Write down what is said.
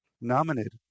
nominated